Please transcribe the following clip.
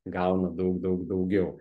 gaunu daug daug daugiau